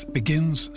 begins